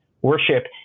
worship